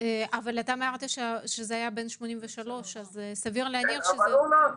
אמרת שהקשיש היה בן 83. הבנו את